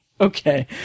Okay